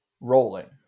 rolling